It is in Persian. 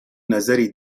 نظری